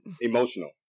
emotional